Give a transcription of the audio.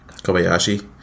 Kobayashi